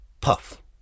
puff